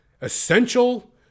Essential